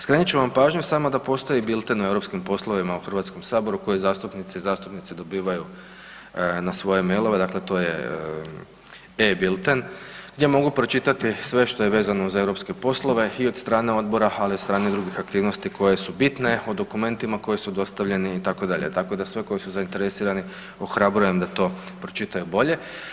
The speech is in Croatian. Skrenut ću vam pažnju samo da postoji bilten o europskim poslovima u HS-u koji zastupnici i zastupnice dobivaju na svoje mailove, dakle to je e-Bilten, gdje mogu pročitati sve što je vezano za EU poslove, i od strane odbora, ali i od strane drugih aktivnosti koje su bitne, o dokumentima koji su dostavljeni, itd., tako da sve koji su zainteresirani, ohrabrujem da to pročitaju bolje.